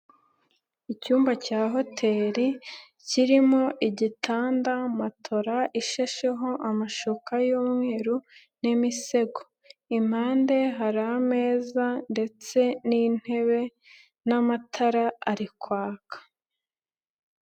Icyumba cya hoteli kirimo igitanda matora ishesheho amashuka y'umweru n'imisego, impande hari ameza ndetse n'intebe n'amatara ari kwaka.